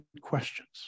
questions